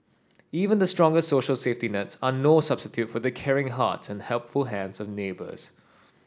even the strongest social safety nets are no substitute for the caring hearts and helpful hands of neighbours